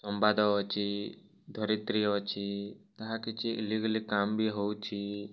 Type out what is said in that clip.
ସମ୍ବାଦ ଅଛି ଧରିତ୍ରି ଅଛି ତାହା କିଛି ଇଲିଗାଲି କାମ ବି ହେଉଛି